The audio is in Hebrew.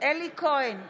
אלי כהן, נגד מאיר